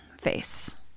face